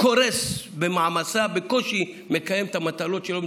קורס ממעמסה ובקושי מקיים את המטלות שלו בחינוך הכללי.